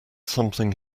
something